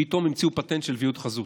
פתאום המציאו פטנט של ויעוד חזותי.